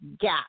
gap